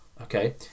okay